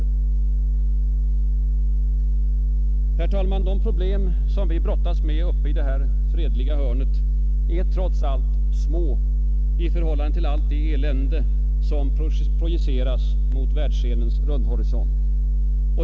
Herr talman! De problem som vi brottas med uppe i vårt fredliga hörn är trots allt små i förhållande till allt det elände som projicieras på världsscenens rundhorisont.